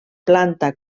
planta